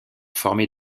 former